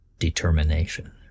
Determination